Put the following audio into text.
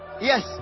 Yes